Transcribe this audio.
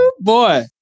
boy